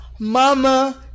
mama